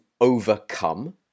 overcome